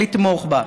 לתמוך בה.